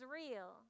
real